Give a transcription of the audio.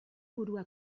burua